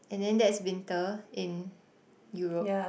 and then that's winter in Europe